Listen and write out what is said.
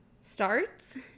starts